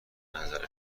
نظر